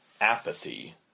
Apathy